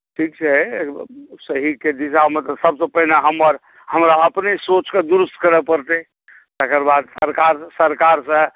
ठीक छै सहीके दिशामे तऽ सभसँ पहिने हमरा अपने सोचकेँ दुरुस्त करय पड़तै तकर बाद सरकार से